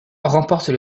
remportent